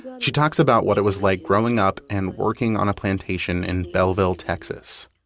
she talks about what it was like growing up and working on a plantation in bellville, texas.